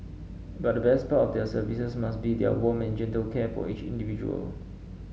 but the best part of their services must be their warm and gentle care for each individual